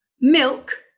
milk